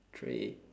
three